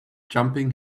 jumping